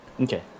okay